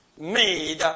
made